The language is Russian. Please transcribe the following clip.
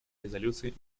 резолюции